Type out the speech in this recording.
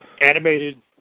animated